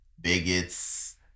bigots